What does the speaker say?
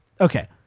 okay